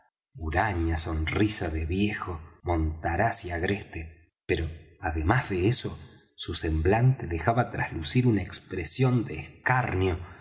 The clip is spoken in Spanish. huraña sonrisa de viejo montaraz y agreste pero además de eso su semblante dejaba traslucir una expresión de escarnio